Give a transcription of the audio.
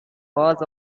was